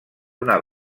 una